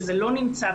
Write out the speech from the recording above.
להתנהג.